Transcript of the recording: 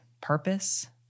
purpose